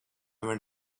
went